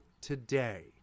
today